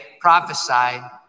prophesied